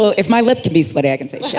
so if my lip can be sweaty, i can say shit.